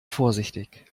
vorsichtig